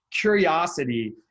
curiosity